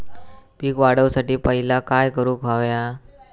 पीक वाढवुसाठी पहिला काय करूक हव्या?